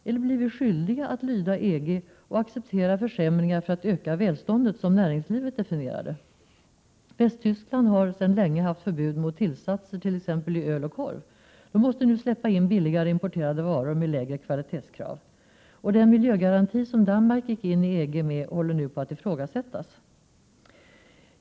Eller blir vi skyldiga att lyda EG och acceptera försämringar för att öka välståndet, som näringslivet definierar det? Västtyskland har sedan länge haft förbud mot tillsatser it.ex. öl och korv. Där måste man nu släppa in billigare importerade varor med lägre kvalitetskrav. Den miljögaranti som Danmark gick in i EG med håller nu på att ifrågasättas.